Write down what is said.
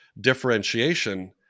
differentiation